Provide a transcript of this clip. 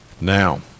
Now